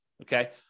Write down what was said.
Okay